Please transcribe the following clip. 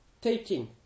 taking